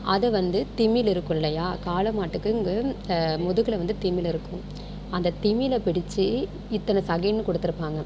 அது வந்து திமில் இருக்கும் இல்லையா காளை மாட்டுக்கு இங்கு முதுகில் வந்து திமில் இருக்கும் அந்த திமில பிடிச்சி இத்தனை செகேண்ட்னு கொடுத்துருப்பாங்க